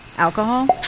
Alcohol